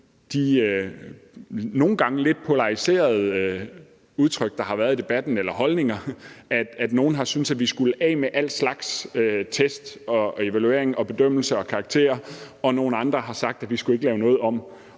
de nogle gange lidt polariserede holdninger, der har været i debatten, hvor nogle har syntes, at vi skulle af med alle slags test, evalueringer, bedømmelser og karakterer, mens andre har sagt, at vi ikke skulle lave noget om.